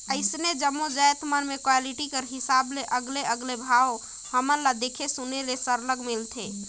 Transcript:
अइसने जम्मो जाएत मन में क्वालिटी कर हिसाब ले अलगे अलगे भाव हमन ल देखे सुने ले सरलग मिलथे